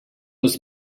was